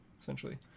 essentially